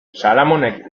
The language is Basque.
salamonek